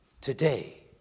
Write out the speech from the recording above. today